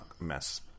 mess